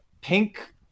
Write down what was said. pink